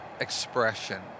expression